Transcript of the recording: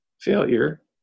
failure